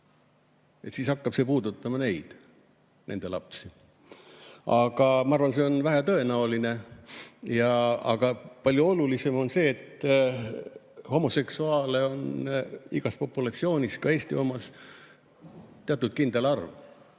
siis hakkab see puudutama neid ja nende lapsi. Aga ma arvan, et see on vähetõenäoline. Palju olulisem on see, et homoseksuaale on igas populatsioonis, ka Eesti omas, teatud kindel arv.